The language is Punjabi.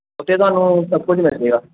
ਉੱਥੇ ਤੁਹਾਨੂੰ ਸਭ ਕੁਛ ਮਿਲ ਜਾਵੇਗਾ